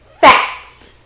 Facts